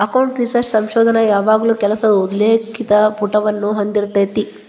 account research ಸಂಶೋಧನ ಯಾವಾಗಲೂ ಕೆಲಸದ ಉಲ್ಲೇಖಿತ ಪುಟವನ್ನ ಹೊಂದಿರತೆತಿ